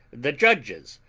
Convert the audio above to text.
the judges,